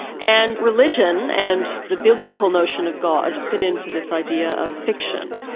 and religion, and the biblical notion of god, fit into this idea of fiction.